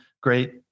great